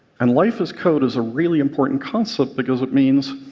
and life as code is a really important concept because it means,